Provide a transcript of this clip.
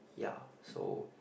ya so